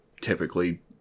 typically